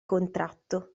contratto